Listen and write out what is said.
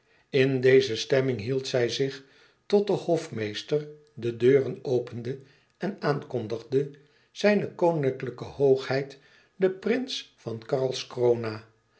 in deze stemming hield zij zich tot de hofmeester de deuren opende en aankondigde zijne koninklijke hoogheid de prins van karlskrona